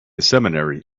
seminary